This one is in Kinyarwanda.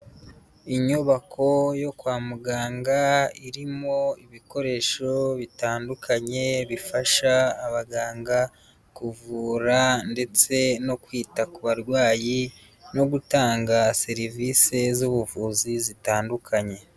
Inyubako yo kwa muganga irimo ibikoresho bitandukanye bifasha abaganga kuvura ndetse no kwita ku barwayi no gutanga serivise z'ubuvuzi zitandukanye.